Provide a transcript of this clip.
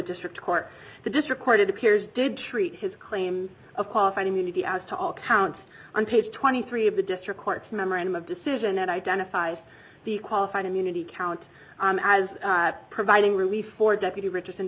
district court the district court it appears did treat his claim of qualified immunity as to all counts on page twenty three of the district court's memorandum of decision and identifies the qualified immunity count as providing relief for deputy richardson